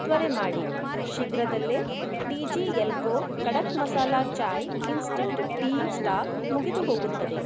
ತ್ವರೆ ಮಾಡಿ ಶೀಘ್ರದಲ್ಲೇ T G L Co kadak masala chai instant tea stock ಮುಗಿದು ಹೋಗುತ್ತದೆ